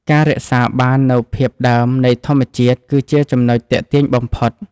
ការរក្សាបាននូវភាពដើមនៃធម្មជាតិគឺជាចំណុចទាក់ទាញបំផុត។